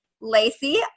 Lacey